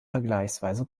vergleichsweise